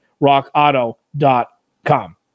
rockauto.com